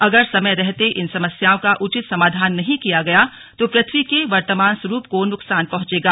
अगर समय रहते इन समस्याओं का उचित समाधान नहीं किया गया तो पृथ्वी के वर्तमान स्वरूप को नुकसान पहुंचेगा